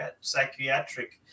psychiatric